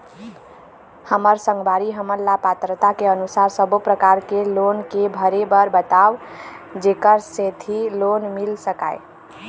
हमर संगवारी हमन ला पात्रता के अनुसार सब्बो प्रकार के लोन के भरे बर बताव जेकर सेंथी लोन मिल सकाए?